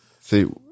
See